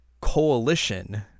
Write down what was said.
coalition